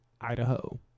Idaho